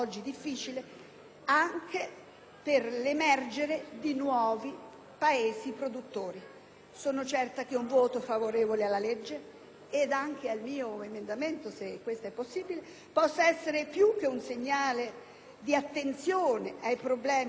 anche per l'emergere di nuovi Paesi produttori. Sono certa che un voto favorevole alla legge - ed anche, se possibile, all'emendamento che ho presentato - possa essere più che un segnale di attenzione ai problemi descritti.